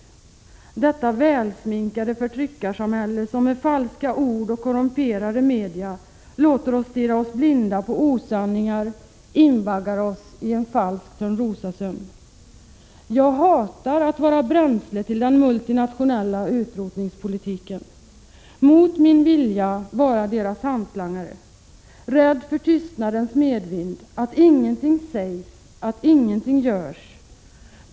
Detta välsminkade förtryckarsamhälle, som med falska ord och korrumperade media låter oss stirra oss blinda på osanningar, invaggar oss i en falsk Törnrosasömn. Jag hatar att vara bränsle till den multinationella utrotningspolitiken, att mot min vilja vara deras hantlangare. Rädd för tystnadens medvind, att ingenting sägs, att ingenting görs.